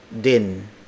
DIN